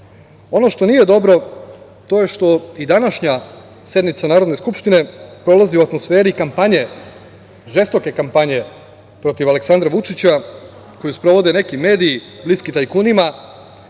što nije dobro, to je što i današnja sednica Narodne skupštine prolazi u atmosferi kampanje, žestoke kampanje protiv Aleksandra Vučića, koju sprovode neki mediji bliski tajkunima,